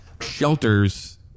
shelters